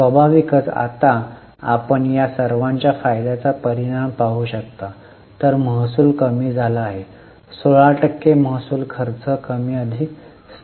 स्वाभाविकच आता आपण या सर्वांच्या फायद्याचा परिणाम पाहू शकता तर महसूल कमी झाला आहे 16 टक्के महसूल खर्च कमी अधिक स्थिर आहे